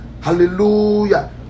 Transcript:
Hallelujah